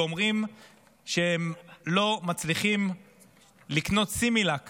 ואומרים שהם לא מצליחים לקנות סימילאק